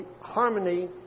harmony